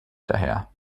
daher